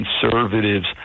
conservatives